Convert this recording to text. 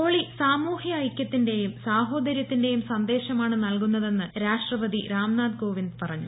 holy സാമൂഹ്യ ഐക്യത്തിന്റെയും സാഹോദര്യത്തിന്റെയും സന്ദേശമാണ് നൽകുന്നതെന്ന് രാഷ്ട്രപതി രാം നാഥ് കോവിന്ദ് പറഞ്ഞു